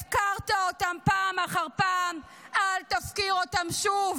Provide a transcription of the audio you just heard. הפקרת אותם פעם אחר פעם, אל תפקיר אותם שוב,